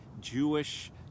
Jewish